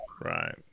Right